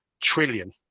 trillion